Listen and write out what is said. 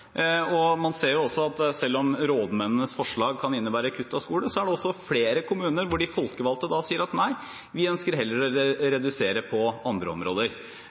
Man ser også at selv om rådmennenes forslag kan innebære kutt i skole, er det flere kommuner hvor de folkevalgte sier at nei, vi ønsker heller å redusere på andre områder.